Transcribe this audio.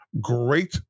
great